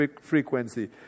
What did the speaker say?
frequency